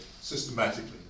systematically